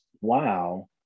wow